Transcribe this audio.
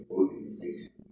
organization